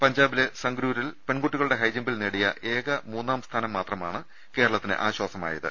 പഞ്ചാബിലെ സംഗ്രൂരിൽ പെൺകുട്ടികളുടെ ഹൈജംപിൽ നേടിയ ഏക മൂന്നാം സ്ഥാനം മാത്രമാണ് കേരളത്തിന് ആശ്വാസമായത്